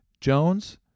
Jones